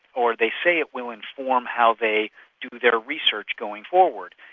or they say it will inform how they do their research going forward.